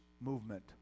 movement